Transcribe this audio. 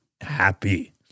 happy